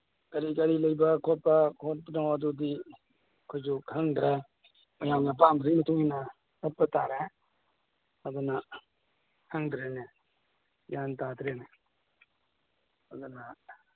ꯀꯔꯤ ꯀꯔꯤ ꯂꯩꯕ ꯈꯣꯠꯄꯅꯣ ꯑꯗꯨꯗꯤ ꯑꯩꯈꯣꯏꯁꯨ ꯈꯪꯗ꯭ꯔꯦ ꯃꯌꯥꯝꯒꯤ ꯑꯄꯥꯝꯕꯗꯨꯒꯤ ꯃꯇꯨꯡꯏꯟꯅ ꯆꯠꯄ ꯇꯥꯔꯦ ꯑꯗꯨꯅ ꯈꯪꯗ꯭ꯔꯦꯅꯦ ꯒ꯭ꯌꯥꯟ ꯇꯥꯗ꯭ꯔꯦꯅꯦ ꯑꯗꯨꯅ